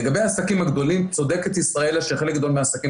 לגבי העסקים הגדולים צודקת ישראלה שלחלק גדול מהעסקים